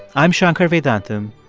i'm shankar vedantam,